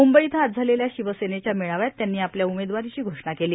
मुंबई इथं आज झालेल्या शिवसेनेच्या मेळाव्यात त्यांनी आपल्या उमेदवारीची घोषणा केली